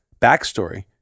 backstory